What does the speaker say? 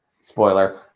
spoiler